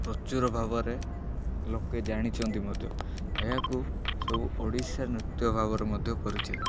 ପ୍ରଚୁର ଭାବରେ ଲୋକେ ଜାଣିଛନ୍ତି ମଧ୍ୟ ଏହାକୁ ସବୁ ଓଡ଼ିଶା ନୃତ୍ୟ ଭାବରେ ମଧ୍ୟ ପରିଚିତ